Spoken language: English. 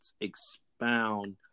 expound